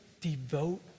devote